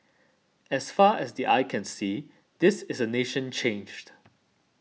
as far as the eye can see this is a nation changed